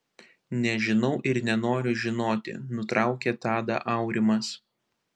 nežinau ir nenoriu žinoti nutraukė tadą aurimas